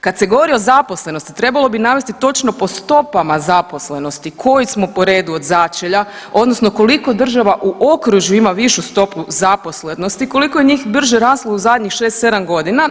Kad se govori o zaposlenosti trebalo bi navesti točno po stopama zaposlenosti koji smo po redu od začelja, odnosno koliko država u okružju ima višu stopu zaposlenosti, koliko je njih brže raslo u zadnjih 6, 7 godina.